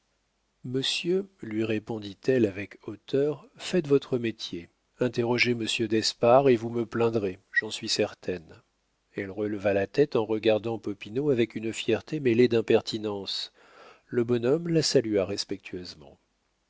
monsieur lui répondit-elle avec hauteur faites votre métier interrogez monsieur d'espard et vous me plaindrez j'en suis certaine elle releva la tête en regardant popinot avec une fierté mêlée d'impertinence le bonhomme la salua respectueusement